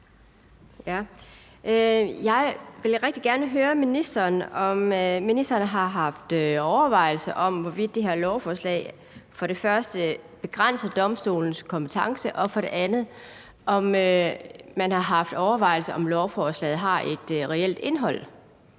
Jeg vil rigtig gerne høre ministeren, om ministeren for det første har haft overvejelser om, hvorvidt det her lovforslag begrænser domstolenes kompetence, og om man for det andet har haft overvejelser om, om lovforslaget har et reelt indhold.